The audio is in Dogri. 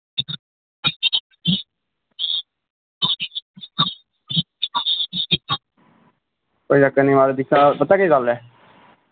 कोई चक्कर निं महाराज पता केह् गल्ल ऐ